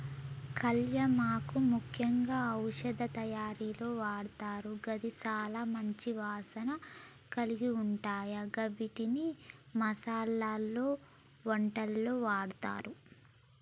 కళ్యామాకు ముఖ్యంగా ఔషధ తయారీలో వాడతారు గిది చాల మంచి వాసన కలిగుంటాయ గివ్విటిని మసాలలో, వంటకాల్లో వాడతారు